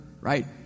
right